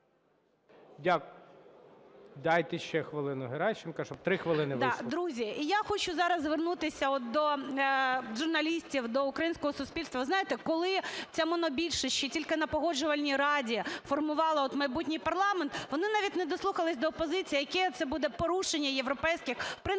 Дякую. Дайте ще хвилину Геращенко, щоб 3 хвилин вийшло. ГЕРАЩЕНКО І.В. Друзі, і я хочу зараз звернутися от до журналістів, до українського суспільства. Ви знаєте, коли ця монобільшість ще тільки на Погоджувальній раді формувала майбутній парламент, вони навіть не дослухались до опозиції, яке це буде порушення європейських принципів